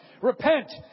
Repent